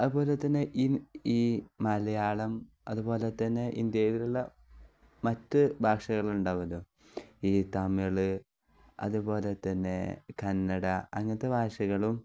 അതുപോലെ തന്നെ ഈ ഈ മലയാളം അതുപോലെ തന്നെ ഇന്ത്യയിലുള്ള മറ്റ് ഭാഷകളുണ്ടാവുമല്ലോ ഈ തമിഴ് അതുപോലെ തന്നെ കന്നഡ അങ്ങനത്തെ ഭാഷകളും